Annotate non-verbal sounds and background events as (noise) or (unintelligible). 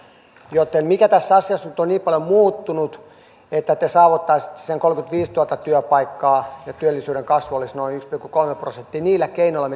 joten mikä tässä asiassa nyt on niin paljon muuttunut että te saavuttaisitte sen kolmekymmentäviisituhatta työpaikkaa ja työllisyyden kasvu olisi noin yksi pilkku kolme prosenttia niillä keinoilla (unintelligible)